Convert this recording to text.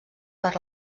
per